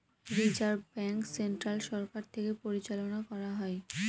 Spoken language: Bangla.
রিজার্ভ ব্যাঙ্ক সেন্ট্রাল সরকার থেকে পরিচালনা করা হয়